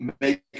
make